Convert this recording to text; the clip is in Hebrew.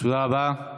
תודה רבה.